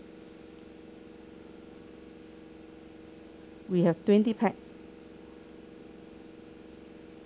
we have twenty pax